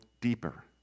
deeper